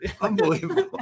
Unbelievable